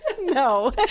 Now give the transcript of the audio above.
No